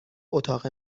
اتاق